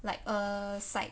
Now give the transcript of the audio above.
like a side